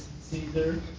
Caesar